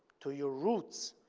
to your roots,